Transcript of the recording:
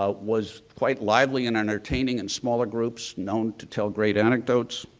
ah was quite lively and entertaining in smaller groups known to tell great anecdotes.